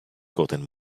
gotten